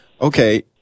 okay